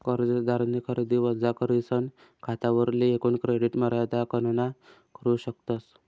कर्जदारनी खरेदी वजा करीसन खातावरली एकूण क्रेडिट मर्यादा गणना करू शकतस